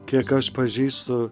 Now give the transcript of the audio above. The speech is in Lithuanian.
kiek aš pažįstu